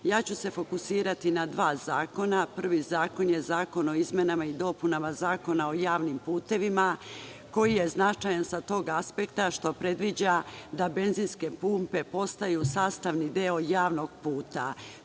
zakona. Fokusiraću se na dva zakona. Prvi zakon je Zakon o izmenama i dopunama Zakona o javnim putevima, koji je značajan sa tog aspekta što predviđa da benzinske pumpe postaju sastavni deo javnog puta.